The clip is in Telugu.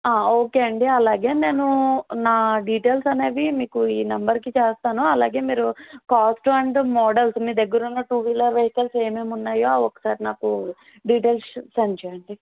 ఓకే అండి అలాగే నేను నా డీటెయిల్స్ అనేవి మీకు ఈ నంబర్కి చేస్తాను అలాగే మీరు కాష్టు అండ్ మోడల్స్ మీ దగ్గర ఉన్న టూ వీలర్ వెహికల్స్ ఏమేం ఉన్నాయో అవి ఒకసారి నాకు డిటెయిల్స్ సెండ్ చేయండి